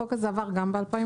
החוק הזה עבר גם ב-2016.